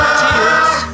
tears